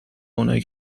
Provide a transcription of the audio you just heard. اونایی